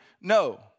No